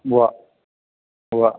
ഉവ്വ് ഉവ്വ്